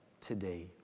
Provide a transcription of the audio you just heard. today